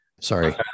Sorry